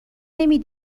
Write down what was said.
نمی